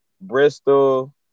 Bristol